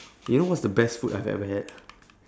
you know what's the best food I've ever had